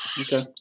Okay